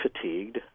fatigued